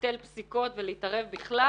לבטל פסיקות ולהתערב בכלל.